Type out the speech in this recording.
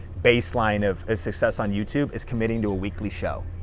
base line of ah success on youtube is committing to a weekly show.